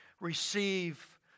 receive